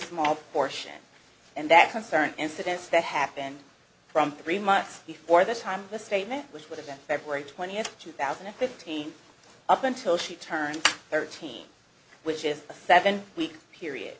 small portion and that concern incidents that happen from three months before this time the statement which would have been february twentieth two thousand and fifteen up until she turned thirteen which is a seven week